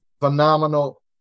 phenomenal